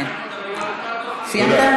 כן, סיימת?